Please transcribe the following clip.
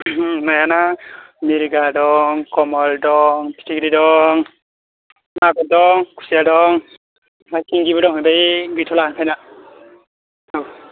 नाया ना मिर्गा दं कमल दं फिथिग्रि दं मागुर दं खुसिया दं ओमफ्राय सिंगिबो दंमोनलै गैथ'ला ओमफ्राय दा औ